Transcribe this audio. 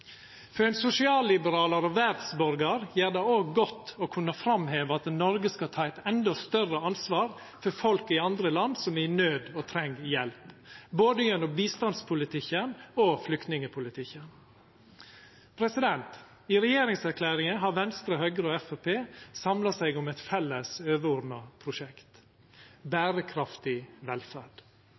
For ein sosialliberalar og verdsborgar gjer det òg godt å kunna framheva at Noreg skal ta eit endå større ansvar for folk i andre land som er i naud og treng hjelp, både gjennom bistandspolitikken og flyktningpolitikken. I regjeringserklæringa har Venstre, Høgre og Framstegspartiet samla seg om eit felles overordna prosjekt, berekraftig velferd,